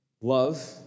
love